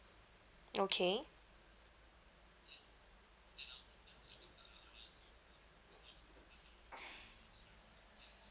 okay